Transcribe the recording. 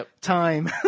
time